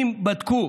אם בדקו